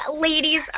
ladies